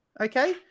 okay